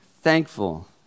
thankful